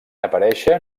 aparèixer